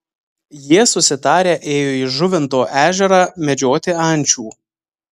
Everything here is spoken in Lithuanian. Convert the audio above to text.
jie susitarę ėjo į žuvinto ežerą medžioti ančių